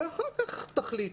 ואחר כך תחליטו.